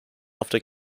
after